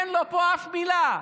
אין לו פה שום מילה.